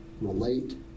relate